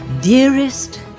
Dearest